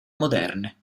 moderne